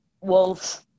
Wolves